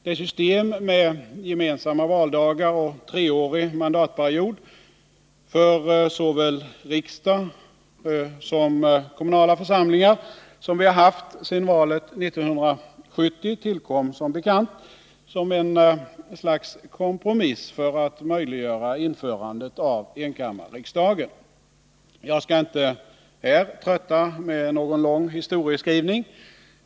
Det system med gemensamma valdagar och treårig mandatperiod för såväl riksdagen som de kommunala församlingarna som vi haft sedan valet 1970 tillkom som bekant som ett slags kompromiss för att möjliggöra införandet av enkammarriksdagen. Jag skall inte här trötta med någon lång historieskrivning.